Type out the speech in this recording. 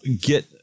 get